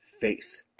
faith